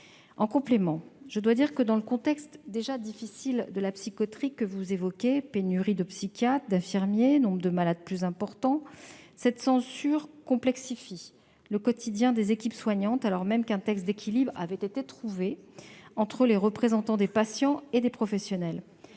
En complément, je dois dire que, dans le contexte déjà difficile qui est celui de la psychiatrie- pénurie de psychiatres et d'infirmiers, nombre croissant de malades -, cette censure complexifie le quotidien des équipes soignantes alors même qu'un texte d'équilibre avait été trouvé entre les représentants des patients et les représentants